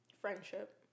friendship